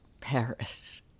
paris